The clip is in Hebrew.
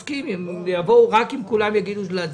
רק אם כולם יחליטו שצריך להצביע,